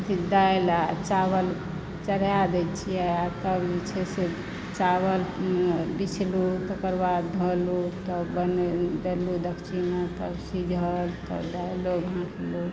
अथि दालि चावल चढ़ा दै छियै आ तब जे छै से चावल बिछलहुॅं तकर बाद धौलहुॅं तब बनेलहुॅं देलहुॅं डेगची मे तब सिझल तब